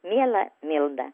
miela milda